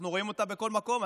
אנחנו רואים אותה בכל מקום,